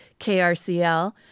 KRCL